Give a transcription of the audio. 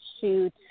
shoot